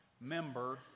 member